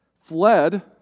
fled